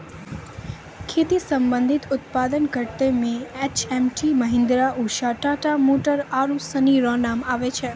खेती संबंधी उप्तादन करता मे एच.एम.टी, महीन्द्रा, उसा, टाटा मोटर आरु सनी रो नाम आबै छै